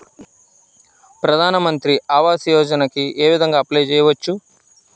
ప్రధాన మంత్రి ఆవాసయోజనకి ఏ విధంగా అప్లే చెయ్యవచ్చు?